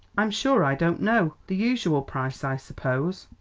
i'm sure i don't know, the usual price, i suppose.